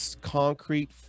concrete